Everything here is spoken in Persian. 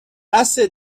بسه